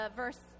verse